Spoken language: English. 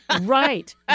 right